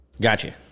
Gotcha